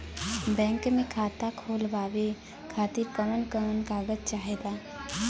Bank मे खाता खोलवावे खातिर कवन कवन कागज चाहेला?